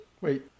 Wait